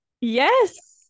Yes